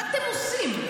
מה אתם עושים?